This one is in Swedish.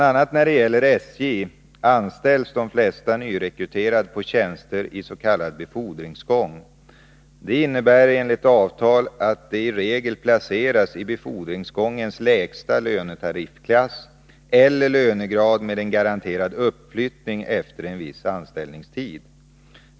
a. när det gäller SJ anställs de flesta nyrekryterade på tjänster i s.k. befordringsgång. Det innebär enligt avtal att de i regel placeras i befordringsgångens lägsta lönetariffklass eller lönegrad med en garanterad uppflyttning efter en viss anställningstid.